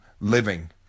living